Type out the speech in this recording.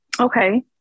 okay